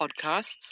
podcasts